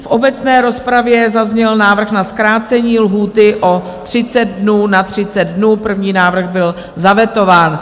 V obecné rozpravě zazněl návrh na zkrácení lhůty o 30 dnů na 30 dnů, první návrh byl zavetován.